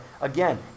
again